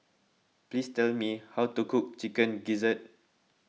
please tell me how to cook Chicken Gizzard